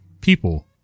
people